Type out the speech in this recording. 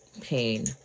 pain